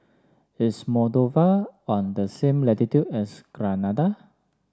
is Moldova on the same latitude as Grenada